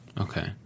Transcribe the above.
Okay